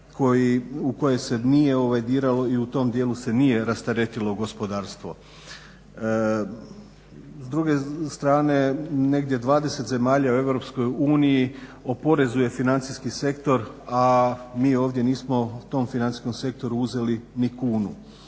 u koje se nije diralo i u tom dijelu se nije rasteretilo gospodarstvo. S druge strane negdje 20 zemalja u EU oporezuje financijski sektor, a mi ovdje nismo tom financijskom sektoru uzeli ni kunu.